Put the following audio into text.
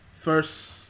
first